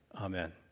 Amen